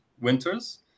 winters